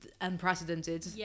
unprecedented